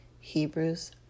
Hebrews